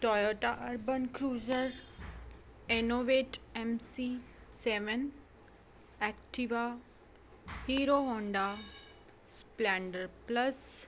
Toyota urban cruiser